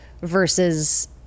versus